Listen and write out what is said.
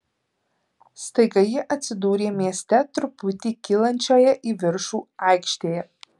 staiga jie atsidūrė mieste truputį kylančioje į viršų aikštėje